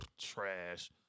Trash